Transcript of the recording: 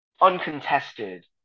uncontested